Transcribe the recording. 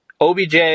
OBJ